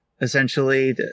essentially